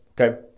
okay